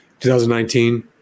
2019